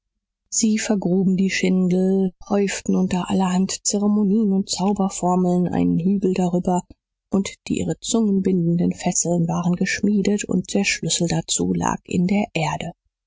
sie vergruben die schindel häuften unter allerhand zeremonien und zauberformeln einen hügel darüber und die ihre zungen bindenden fesseln waren geschmiedet und der schlüssel dazu lag in der erde